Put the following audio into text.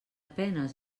penes